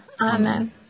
Amen